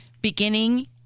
beginning